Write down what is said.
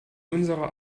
unserer